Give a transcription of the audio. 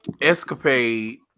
escapade